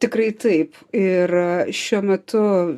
tikrai taip ir šiuo metu